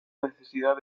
necesidad